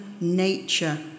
nature